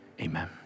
Amen